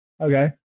okay